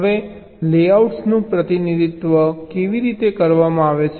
હવે લેઆઉટ્સનું પ્રતિનિધિત્વ કેવી રીતે કરવામાં આવે છે